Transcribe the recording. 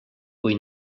kui